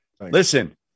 listen